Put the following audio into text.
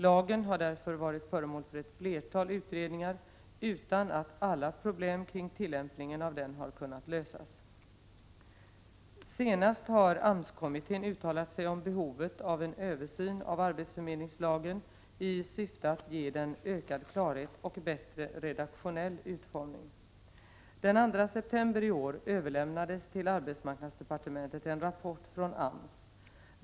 Lagen har därför varit föremål för ett flertal utredningar, utan att alla problem kring tillämpningen av den har kunnat lösas. Senast har AMS-kommittén uttalat sig om behovet av en översyn av arbetsförmedlingslagen i syfte att ge den ökad klarhet och bättre redaktionell utformning. Den 2 september i år överlämnades till arbetsmarknadsdepartementet en rapport från AMS.